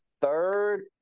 third